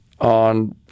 on